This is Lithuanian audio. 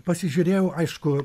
pasižiūrėjau aišku